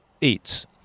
eats